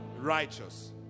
righteous